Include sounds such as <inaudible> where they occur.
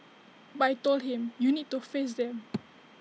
but I Told him you need to face them <noise>